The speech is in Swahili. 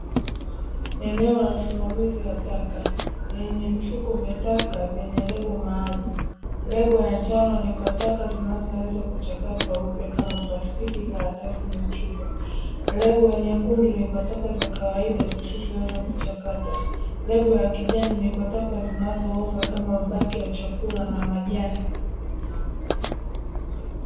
Eneo la usimamizi wa taka lenye mifuko maalumu yenye lebo maalumu, lebo ya njano nikwataka zinazoweza kuchakatwa upya kama plastiki na karatasi za chupa, lebo nyekundu nikwataka za kawaida zisizoweza kuchakatwa, lebo ya kijani nikwataka zinazooza kama mabaki ya chakula na majani.